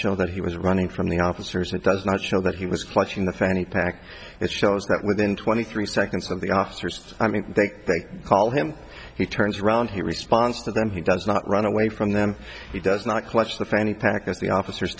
show that he was running from the officers and does not show that he was clutching the fanny pack it shows that within twenty three seconds of the officers i mean they they call him he turns around he responds to them he does not run away from them he does not clutch the fanny pack as the officers